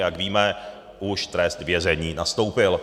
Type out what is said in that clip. Jak víme, už trest vězení nastoupil.